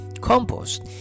Compost